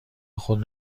خود